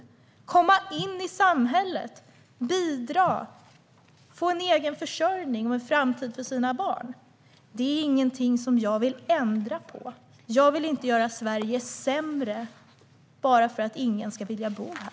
De kan komma in i samhället, bidra och få en egen försörjning och en framtid för sina barn. Det är ingenting jag vill ändra på. Jag vill inte göra Sverige sämre bara för att ingen ska vilja bo här.